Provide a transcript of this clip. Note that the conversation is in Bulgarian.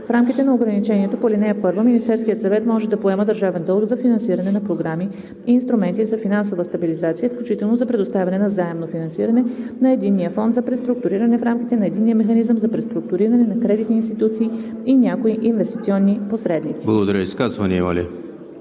В рамките на ограничението по ал. 1 Министерският съвет може да поема държавен дълг за финансиране на програми и инструменти за финансова стабилизация, включително за предоставяне на заемно финансиране на Единния фонд за преструктуриране в рамките на Единния механизъм за преструктуриране на кредитни институции и някои инвестиционни посредници.“ ПРЕДСЕДАТЕЛ ЕМИЛ